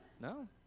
No